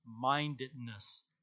mindedness